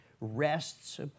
rests